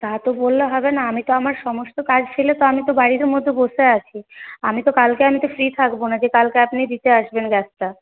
তা তো বললে হবে না আমি তো আমার সমস্ত কাজ ফেলে তো আমি তো বাড়ির মধ্যে বসে আছি আমি তো কালকে আমি তো ফ্রি থাকব না যে কালকে আপনি দিতে আসবেন গ্যাসটা